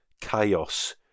chaos